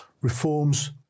reforms